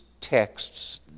texts